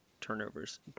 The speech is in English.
turnovers